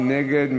מי נגד?